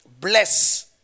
bless